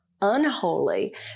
unholy